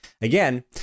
Again